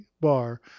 bar